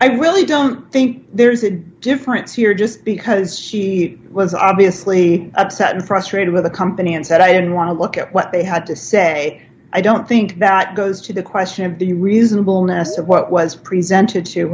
i really don't think there's a difference here just because she was obviously upset and frustrated with the company and said i don't want to look at what they had to say i don't think that goes to the question of the reasonableness of what was presented to